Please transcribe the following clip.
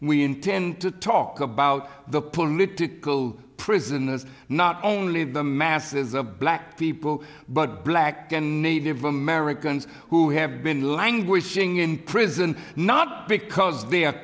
we intend to talk about the political prisoners not only the masses of black people but black and native americans who have been languishing in prison not because they